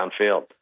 downfield